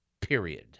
period